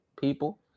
people